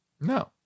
No